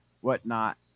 whatnot